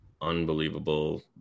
unbelievable